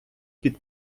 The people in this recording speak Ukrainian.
під